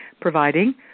providing